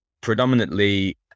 predominantly